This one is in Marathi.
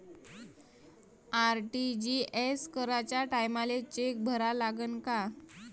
आर.टी.जी.एस कराच्या टायमाले चेक भरा लागन का?